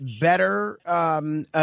better